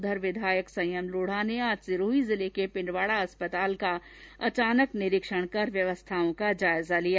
उधर विधायक संयम लोढ़ा ने आज सिरोही जिले के पिण्डवाड़ा अस्पताल का औचक निरीक्षण कर व्यवस्थाओं का जायजा लिया